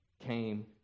came